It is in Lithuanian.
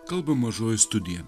kalba mažoji studija